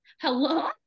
hello